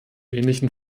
ähnlichen